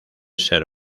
ser